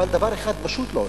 אבל דבר אחד פשוט לא עושים,